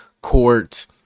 court